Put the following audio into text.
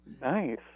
Nice